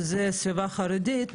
סביבה חרדית,